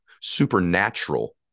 supernatural